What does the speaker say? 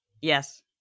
Yes